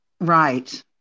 Right